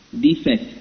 defect